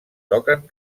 toquen